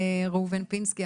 ראובן פינסקי,